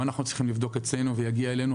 אם אנחנו צריכים לבדוק אצלנו ויגיע אלינו,